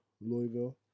Louisville